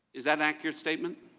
is that an accurate statement?